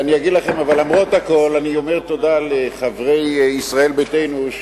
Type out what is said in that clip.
אבל למרות הכול אני אומר תודה לחברי ישראל ביתנו,